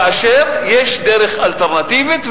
כאשר יש דרך אלטרנטיבית.